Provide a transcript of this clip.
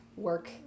Work